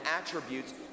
attributes